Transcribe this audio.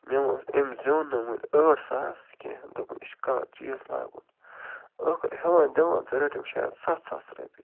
مےٚ ووٚنُس أمۍ زیوٗن نہٕ وٕنۍ ٲٹھ ساس کیٚنہہ دوٚپُن یہِ چھِ کانٛہہ چیٖز لاگُن ٲخٕر ہٮ۪وان دِوان تہٕ رٔٹۍ أمۍ شاید سَتھ ساس رۄپیہِ